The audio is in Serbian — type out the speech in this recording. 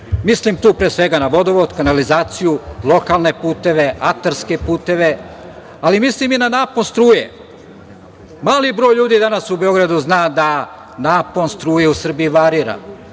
Mislim tu pre svega na vodovod, kanalizaciju, lokalne puteve, atarske puteve, ali mislim i na napon struje. Mali broj ljudi danas u Beogradu zna da napon struje u Srbiji varira.